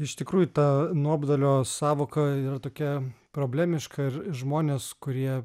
iš tikrųjų ta nuobodulio sąvoka yra tokia problemiška ir ir žmonės kurie